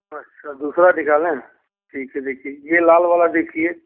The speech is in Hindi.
अच्छा दूसरा निकालें ठीक है देखिए यह लाल वाला देखिए